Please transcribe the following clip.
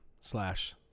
slash